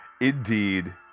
Indeed